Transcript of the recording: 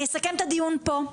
אסכם את הדיון פה.